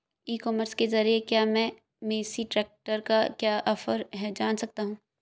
ई commerce के ज़रिए क्या मैं मेसी ट्रैक्टर का क्या ऑफर है जान सकता हूँ?